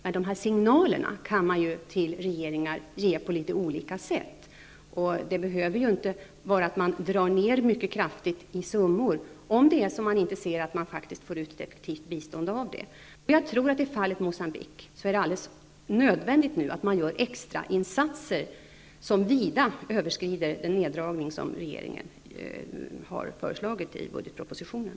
Men dessa signaler till regeringar kan man ju ge på litet olika sätt. Det behöver inte vara att man mycket kraftigt drar ner på summor, om man inte ser att man får ut ett effektivt bistånd av det. I fallet Mocambique är det alldeles nödvändigt att man nu gör extrainsatser som vida överskrider den neddragning som regeringen har föreslagit i budgetpropositionen.